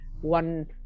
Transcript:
one